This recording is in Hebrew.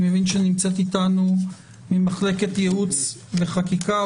אני מבין שנמצאת איתנו ממחלקת ייעוץ וחקיקה,